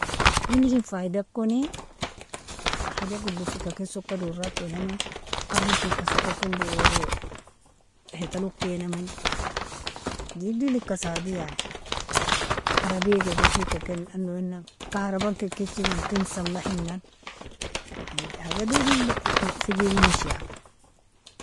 Winishin faidakoni, haja godofika ken soka dorakinamin, ardilfika soka ken doro hitalokinamin, digdel ika sadi yani, arabia galbafika ken ano inag, kharaban kikjkan ken salihinan yani haja digdel nafiji winishin